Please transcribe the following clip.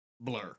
blur